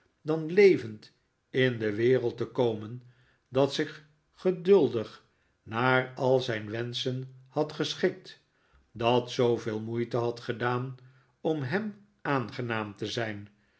dan levend in de wereld te komen dat zich geduldig naar al zijn wenschen had geschikt dat zooveel moeite had gedaan om hem aangenaam te zijn